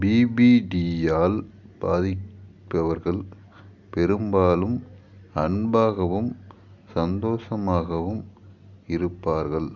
பிபிடியால் பாதிப்பவர்கள் பெரும்பாலும் அன்பாகவும் சந்தோஷமாகவும் இருப்பார்கள்